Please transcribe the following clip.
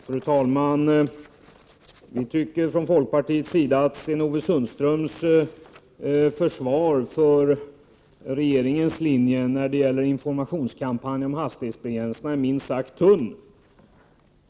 Fru talman! Vi tycker från folkpartiets sida att Sten-Ove Sundströms försvar för regeringens linje när det gäller informationskampanj om hastighetsgränserna är minst sagt tunt.